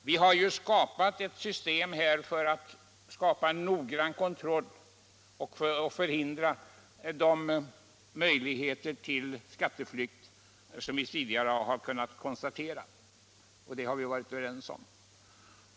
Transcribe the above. Vi har åstadkommit ett system för att skapa en noggrann kontroll och förhindra den skatteflykt som vi tidigare kunnat konstatera. Detta har vi varit överens om.